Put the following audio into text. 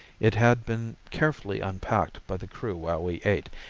it had been carefully unpacked by the crew while we ate,